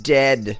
dead